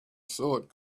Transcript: thought